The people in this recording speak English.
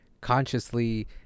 Consciously